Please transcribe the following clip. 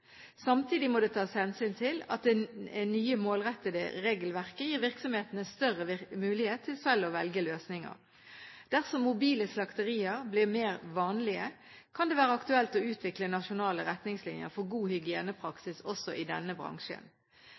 Samtidig må det tas hensyn til at det nye målrettede regelverket gir virksomhetene større mulighet til selv å velge løsninger. Dersom mobile slakterier blir mer vanlige, kan det være aktuelt å utvikle nasjonale retningslinjer for god hygienepraksis også i denne bransjen.